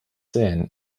sin